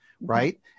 right